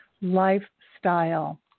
Lifestyle